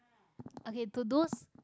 okay to those